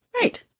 Right